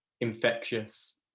infectious